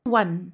one